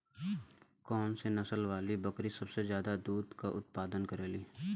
कौन से नसल वाली बकरी सबसे ज्यादा दूध क उतपादन करेली?